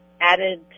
added